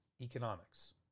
economics